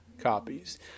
copies